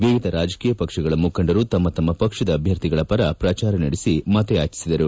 ವಿವಿಧ ರಾಜಕೀಯ ಪಕ್ಷಗಳ ಮುಖಂಡರು ತಮ್ಮ ತಮ್ಮ ಪಕ್ಷದ ಅಭ್ಯರ್ಥಿಗಳ ಪರ ಪ್ರಚಾರ ನಡೆಸಿ ಮತಯಾಚಿಸಿದರು